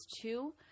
two